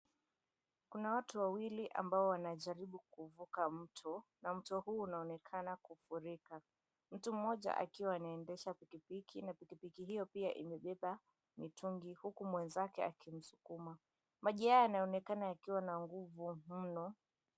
Kuna watu wawili ambao wanajaribu kuuvuka mto na mto huu unaonekana kufurika. Mtu mmoja akiwa anaendesha pikipiki na pikipiki hio pia imebeba mitungi huku mwenzake akimsukuma. Maji haya yanaonekana yakiwa na nguvu mno.